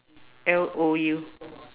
L O U